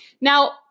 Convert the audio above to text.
Now